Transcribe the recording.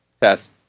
test